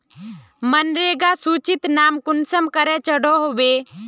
मनरेगा सूचित नाम कुंसम करे चढ़ो होबे?